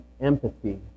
empathy